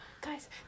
guys